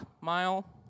mile